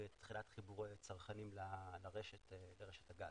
ותחילת חיבור צרכני לרשת הגז.